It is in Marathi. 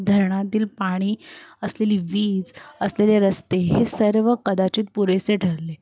धरणातील पाणी असलेली वीज असलेले रस्ते हे सर्व कदाचित पुरेसे ठरले